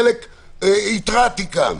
חלק התרעתי כאן,